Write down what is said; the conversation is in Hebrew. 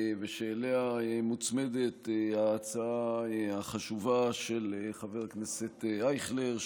אליה מוצמדת ההצעה החשובה של חבר הכנסת אייכלר,